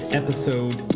episode